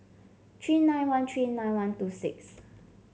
three nine one three nine one two six